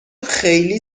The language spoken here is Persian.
خیلی